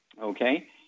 okay